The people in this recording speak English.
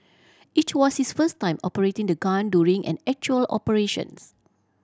it was his first time operating the gun during an actual operations